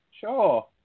Sure